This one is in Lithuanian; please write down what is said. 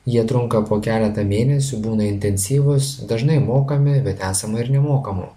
jie trunka po keletą mėnesių būna intensyvūs dažnai mokami bet esama ir nemokamų